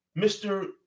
Mr